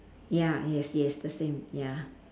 ya yes yes the same ya